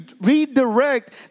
redirect